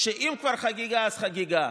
שאם כבר חגיגה אז חגיגה,